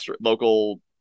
local